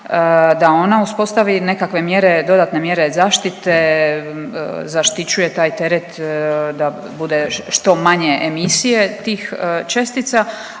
da ona uspostavi nekakve mjere, dodatne mjere zaštite, zaštićuje taj teret da bude što manje emisije tih čestica,